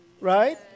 Right